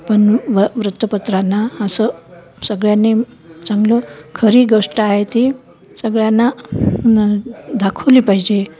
पण व वृत्तपत्रांना असं सगळ्यांनी चांगलं खरी गोष्ट आहे ती सगळ्यांना दाखवली पाहिजे